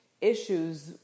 issues